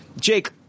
Jake